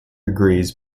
agrees